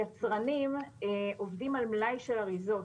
יצרנים עובדים על מלאי של אריזות,